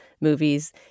movies